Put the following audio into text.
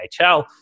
NHL